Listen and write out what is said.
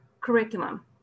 curriculum